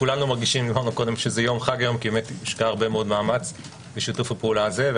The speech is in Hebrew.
כולנו מרגישים שזה יום חג כי הושקע הרבה מאוד מאמץ בשיתוף הפעולה הזה.